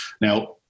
Now